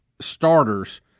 starters